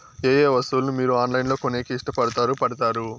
ఏయే వస్తువులను మీరు ఆన్లైన్ లో కొనేకి ఇష్టపడుతారు పడుతారు?